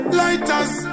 lighters